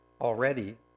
already